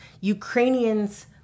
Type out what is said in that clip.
Ukrainians